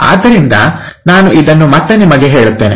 ಆದ್ದರಿಂದ ನಾನು ಇದನ್ನು ಮತ್ತೆ ನಿಮಗೆ ಹೇಳುತ್ತೇನೆ